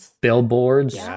billboards